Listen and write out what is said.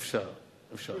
אפשר, אפשר.